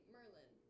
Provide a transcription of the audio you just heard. Merlin